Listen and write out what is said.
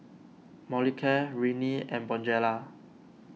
Molicare Rene and Bonjela